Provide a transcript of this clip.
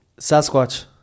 Sasquatch